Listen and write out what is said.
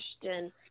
question